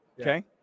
okay